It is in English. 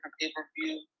pay-per-view